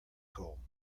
goal